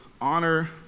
honor